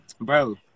bro